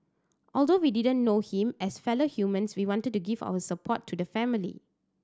although we didn't know him as fellow humans we wanted to give our support to the family